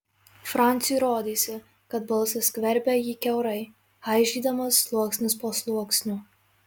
franciui rodėsi kad balsas skverbia jį kiaurai aižydamas sluoksnis po sluoksnio